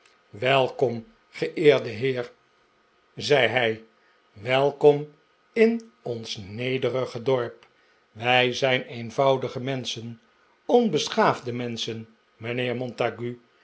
welkom geeerdc heer zei hij welkom in ons nederige dorp wij zijn eenvoudige menschen onbeschaafde mensc hen mijnheer montague